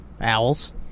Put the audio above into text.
Owls